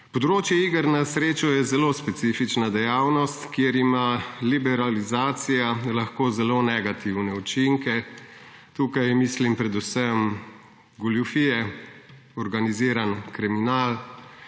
Področje iger na srečo je zelo specifična dejavnost, kjer ima liberalizacija lahko zelo negativne učinke. Tukaj mislim predvsem na goljufije, organiziran kriminal